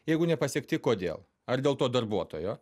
jeigu nepasiekti kodėl ar dėl to darbuotojo